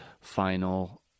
final